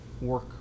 work